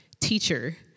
Teacher